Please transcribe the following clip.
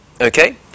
Okay